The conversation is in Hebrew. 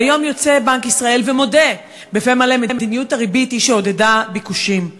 היום יוצא בנק ישראל ומודה בפה מלא שמדיניות הריבית היא שעודדה ביקושים.